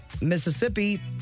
Mississippi